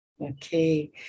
Okay